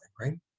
right